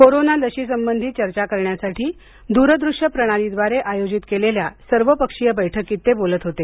corona लशीसंबंधी चर्चा करण्यासाठी दूरदृष्य प्रणालीद्वारे आयोजित केलेल्या सर्वपक्षीय बैठकीत ते बोलत होते